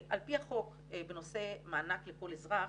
על פי החוק בנושא מענק לכל אזרח,